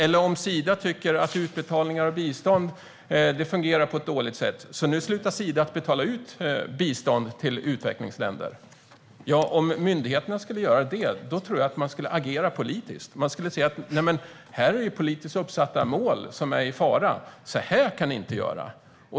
Och om Sida tycker att utbetalningar av bistånd fungerar på ett dåligt sätt, ska Sida därför sluta att betala ut bistånd till utvecklingsländer? Om myndigheterna skulle göra det tror jag att man skulle agera politiskt. Man skulle säga: Nej, här är politiskt uppsatta mål i fara. Så här kan ni inte göra!